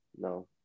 no